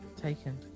taken